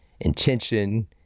intention